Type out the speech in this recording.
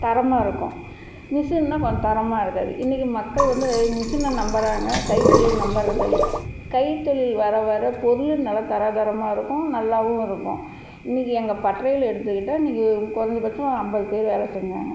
தரமாக இருக்கும் மிஷின்னா கொஞ்சம் தரமாக இருக்காது இன்னைக்கு மக்கள் வந்து மிஷினை நம்புகிறாங்க கைத்தொழிலை நம்புறதில்லை கைத்தொழில் வர வர பொருள் நல்லா தராதரமாக இருக்கும் நல்லாவும் இருக்கும் இன்னைக்கு எங்கள் பட்றையில எடுத்துக்கிட்டால் இன்னைக்கு குறஞ்ச பட்சம் ஐம்பது பேர் வேலை செஞ்சாங்க